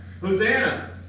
Hosanna